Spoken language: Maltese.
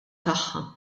tagħha